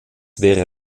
wäre